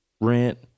rent